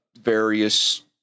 various